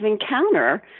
encounter